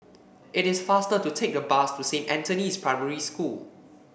it is faster to take the bus to Saint Anthony's Primary School